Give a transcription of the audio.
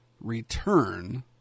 return